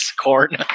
Corn